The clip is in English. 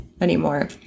anymore